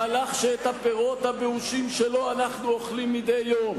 מהלך שאת הפירות הבאושים שלו אנחנו אוכלים מדי יום.